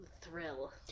Thrill